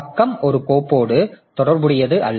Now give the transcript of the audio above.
பக்கம் ஒரு கோப்போடு தொடர்புடையது அல்ல